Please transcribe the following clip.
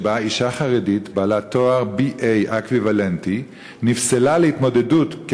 אישה חרדית בעלת תואר BA אקוויוולנטי נפסלה להתמודדות על